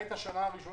למעט שנה שעברה,